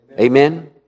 Amen